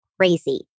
crazy